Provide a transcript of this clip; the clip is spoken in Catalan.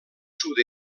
sud